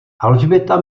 alžběta